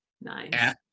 Nice